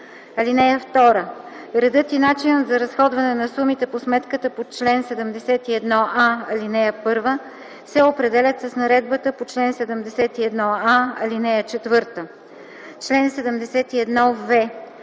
1. (2) Редът и начинът за разходване на сумите от сметката по чл. 71а, ал. 1 се определят с наредбата по чл. 71а, ал. 4. Чл. 71в.